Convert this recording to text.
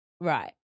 Right